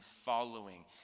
following